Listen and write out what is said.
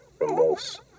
remorse